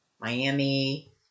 Miami